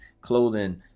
clothing